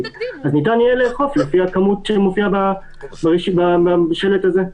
אז ניתן יהיה לאכוף לפי הכמות שמופיעה בשלט הזה.